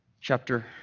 Chapter